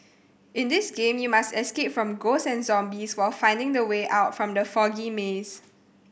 in this game you must escape from ghosts and zombies while finding the way out from the foggy maze